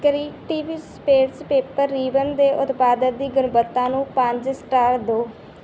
creative space paper ribbon ਦੇ ਉਤਪਾਦ ਦੀ ਗੁਣਵੱਤਾ ਨੂੰ ਪੰਜ ਸਟਾਰ ਦਿਓ